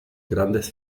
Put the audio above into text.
grandes